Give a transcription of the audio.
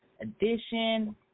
edition